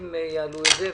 ויש עוד כמה בעיות.